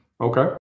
Okay